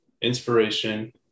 inspiration